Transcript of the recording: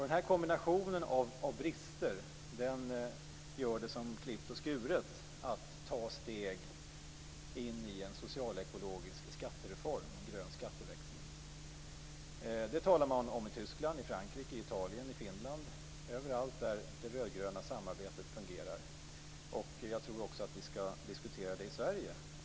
Den här kombinationen av brister gör det som klippt och skuret att ta steg in i en socialekologisk skattereform, en grön skatteväxling. Det talar man om i Tyskland, Frankrike, Italien, Finland och överallt där det rödgröna samarbetet fungerar. Jag tror också att vi skall diskutera det i Sverige.